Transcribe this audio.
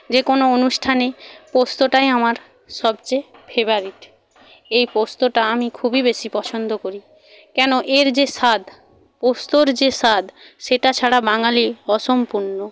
যে কোনো অনুষ্ঠানে পোস্তটাই আমার সবচেয়ে ফেভারিট এই পোস্তটা আমি খুবই বেশি পছন্দ করি কেন এর যে স্বাদ পোস্তর যে স্বাদ সেটা ছাড়া বাঙালি অসম্পূর্ণ